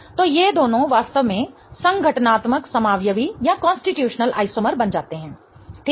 तो ये दोनों वास्तव में संघटनात्मक समावयवी बन जाते हैं ठीक है